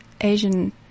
Asian